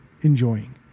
enjoying